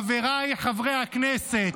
חבריי חברי הכנסת,